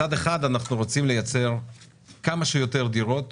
מצד אחד אנחנו רוצים לייצר כמה שיותר דירות